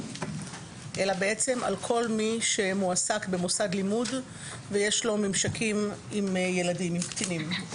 אלא על כל מי שמועסק במוסד לימודי ויש לו ממשקים עם ילדים קטנים.